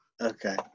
Okay